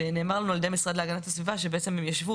ונאמר לנו על ידי המשרד להגנת הסביבה שבעצם הם ישבו